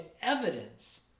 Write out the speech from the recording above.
evidence